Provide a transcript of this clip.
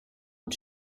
und